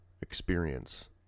experience